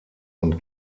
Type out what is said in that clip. und